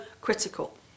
critical